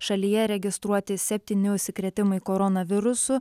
šalyje registruoti septyni užsikrėtimai koronavirusu